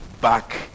back